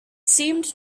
seemed